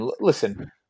Listen